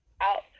out